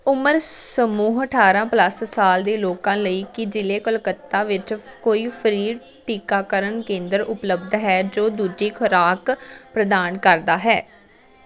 ਉਮਰ ਸਮੂਹ ਅਠਾਰਾਂ ਪਲੱਸ ਸਾਲ ਦੇ ਲੋਕਾਂ ਲਈ ਕੀ ਜ਼ਿਲ੍ਹੇ ਕਲਕੱਤਾ ਵਿੱਚ ਕੋਈ ਫ੍ਰੀ ਟੀਕਾਕਰਨ ਕੇਂਦਰ ਉਪਲਬਧ ਹੈ ਜੋ ਦੂਜੀ ਖੁਰਾਕ ਪ੍ਰਦਾਨ ਕਰਦਾ ਹੈ